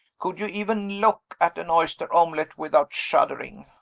could you even look at an oyster-omelet without shuddering?